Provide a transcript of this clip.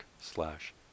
slash